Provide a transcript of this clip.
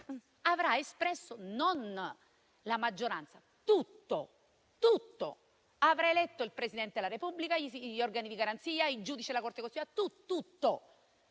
avrà espresso non solo la maggioranza, ma tutto: avrà eletto il Presidente della Repubblica, gli organi di garanzia, i giudici della Corte costituzionale, ossia tutto.